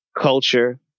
culture